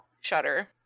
shutter